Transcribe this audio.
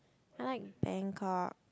I like Bangkok